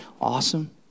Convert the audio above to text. awesome